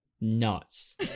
Nuts